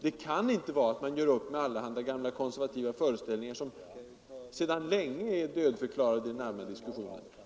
Det kan inte vara att man gör upp med allehanda gamla konservativa föreställningar som sedan länge är tillbakavisade i den allmänna diskussionen.